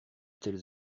tels